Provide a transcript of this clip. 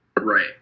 Right